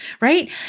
right